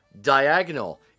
diagonal